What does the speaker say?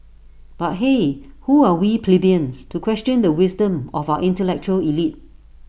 but hey who are we plebeians to question the wisdom of our intellectual elite